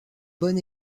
bon